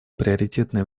приоритетное